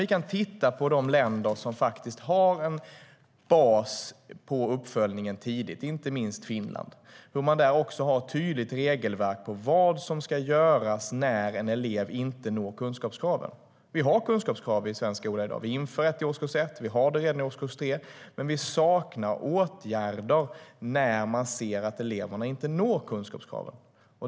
Vi kan titta på de länder som har en bas på uppföljningen tidigt, inte minst Finland. Där har man också ett tydligt regelverk om vad som ska göras när en elev inte når kunskapskraven. Vi har kunskapskrav i svensk skola i dag. Vi inför ett i årskurs 1, och vi har det redan i årskurs 3, men vi saknar åtgärder när man ser att eleverna inte når kunskapskraven.